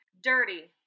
dirty